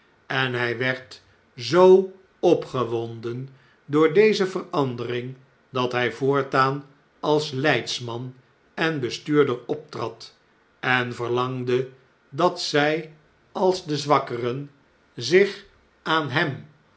en hjj werd zoo opgewonden door deze verandering dat hjj voortaan als leidsman en bestuurder optrad en verlangde dat zjj als de zwakkeren zich aan hem